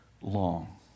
long